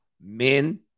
Men